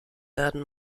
werden